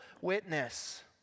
witness